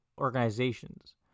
organizations